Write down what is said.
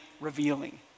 revealing